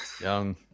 Young